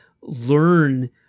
learn